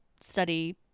study